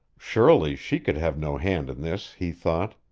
surely she could have no hand in this, he thought.